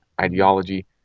ideology